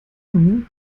junge